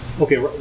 okay